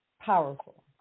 powerful